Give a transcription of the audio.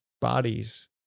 bodies